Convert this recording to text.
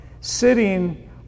sitting